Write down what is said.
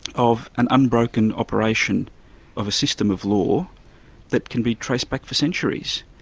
of an unbroken operation of a system of law that can be traced back for centuries.